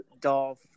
Dolph